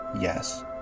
Yes